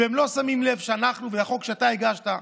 הם לא שמים לב שאנחנו והחוק שאתה הגשת,